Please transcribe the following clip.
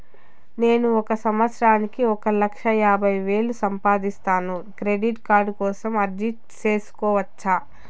నేను ఒక సంవత్సరానికి ఒక లక్ష యాభై వేలు సంపాదిస్తాను, క్రెడిట్ కార్డు కోసం అర్జీ సేసుకోవచ్చా?